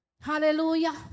Hallelujah